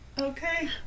okay